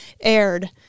aired